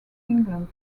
england